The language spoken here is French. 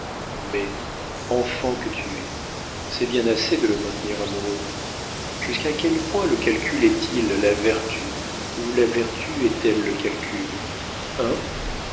mais enfant que tu es c'est bien assez de le maintenir amoureux jusqu'à quel point le calcul est-il la vertu ou la vertu est-elle le calcul